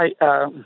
Hi